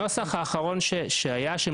הנוסח האחרון שהיה.